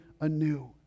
anew